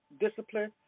discipline